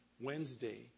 Wednesday